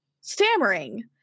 Stammering